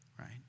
right